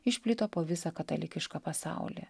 išplito po visą katalikišką pasaulį